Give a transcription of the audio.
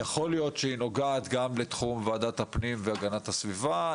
יכול להיות שהיא נוגעת גם לתחום ועדת הפנים והגנת הסביבה,